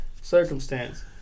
circumstance